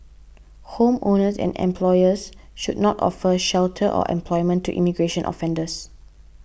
homeowners and employers should not offer shelter or employment to immigration offenders